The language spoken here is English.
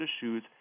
shoes